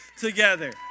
together